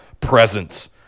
presence